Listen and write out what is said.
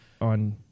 on